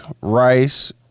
rice